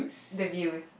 the views